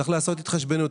צריך לעשות התחשבנות.